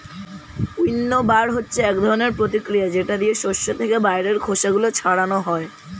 উইন্নবার হচ্ছে এক ধরনের প্রতিক্রিয়া যেটা দিয়ে শস্য থেকে বাইরের খোসা গুলো ছাড়ানো হয়